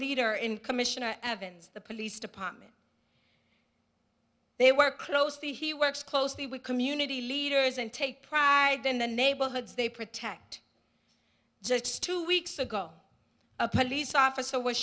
leader in commissioner evans the police department they were closely he works closely with community leaders and take pride in the neighborhoods they protect just two weeks ago a police officer was